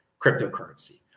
cryptocurrency